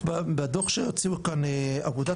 אלה גופים שיש בהם הרבה מאוד אתגרים של יחסי מרות אבל רואים